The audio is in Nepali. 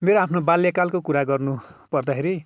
मेरो आफ्नो बाल्यकालको कुरा गर्नुपर्दाखेरि